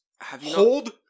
hold